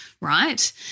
right